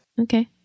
Okay